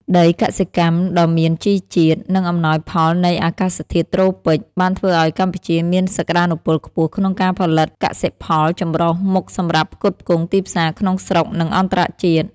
ដីកសិកម្មដ៏មានជីជាតិ និងអំណោយផលនៃអាកាសធាតុត្រូពិក បានធ្វើឱ្យកម្ពុជាមានសក្ដានុពលខ្ពស់ក្នុងការផលិតកសិផលចម្រុះមុខសម្រាប់ផ្គត់ផ្គង់ទីផ្សារក្នុងស្រុក និងអន្តរជាតិ។